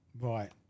Right